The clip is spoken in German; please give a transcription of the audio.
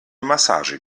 massage